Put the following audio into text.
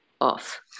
off